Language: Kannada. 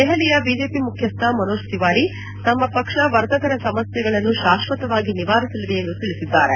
ದೆಹಲಿಯ ಬಿಜೆಪಿ ಮುಖ್ಯಸ್ಥ ಮನೋಜ್ ತಿವಾರಿ ತಮ್ಮ ಪಕ್ಷ ವರ್ತಕರ ಸಮಸ್ಯೆಗಳನ್ನು ಶಾಶ್ವತವಾಗಿ ನಿವಾರಿಸಲಿದೆ ಎಂದು ತಿಳಿಸಿದ್ದಾರೆ